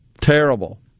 terrible